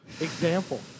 example